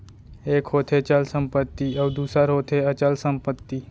एक होथे चल संपत्ति अउ दूसर होथे अचल संपत्ति